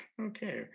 Okay